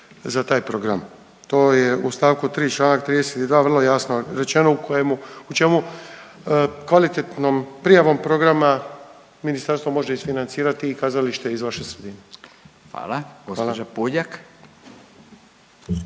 za taj program, to je u st. 3. čl. 32. vrlo jasno rečeno u kojemu, u čemu kvalitetnom prijavom programa ministarstvo može isfinancirati i kazalište iz vaše sredine. **Radin,